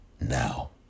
now